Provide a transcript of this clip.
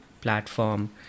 platform